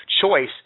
choice